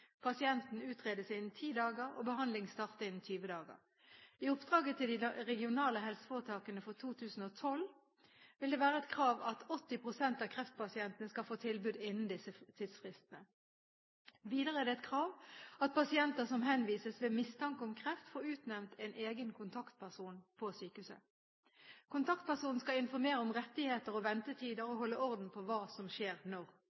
pasienten utredes innen ti dager og behandling starte innen 20 dager. I oppdraget til de regionale helseforetakene for 2012 vil det være et krav at 80 pst. av kreftpasientene skal få tilbud innenfor disse tidsfristene. Videre er det et krav at pasienter som henvises med mistanke om kreft, får utnevnt en egen kontaktperson på sykehuset. Kontaktpersonen skal informere om rettigheter og ventetider og holde orden på hva som skjer når.